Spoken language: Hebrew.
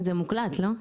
זה מוקלט, לא?